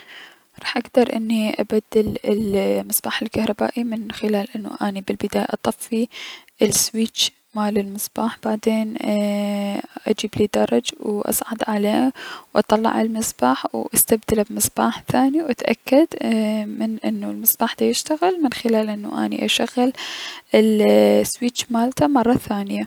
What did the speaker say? راح اكدر اني ابدل المصباح الكهربائي من خلال اني اني بالبداية اطفي السويج مال المصباح بعدين اي اجيبلي درج و اصعد عليه و اطلع المصباح و استبدله بمصباح ثاني و اتأكد انو المصباح ديشتغل من خلال انو اني اشغل السويج مالته مرة ثانية.